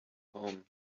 home